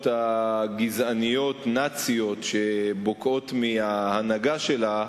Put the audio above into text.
הגזעניות הנאציות שבוקעות מההנהגה שלה,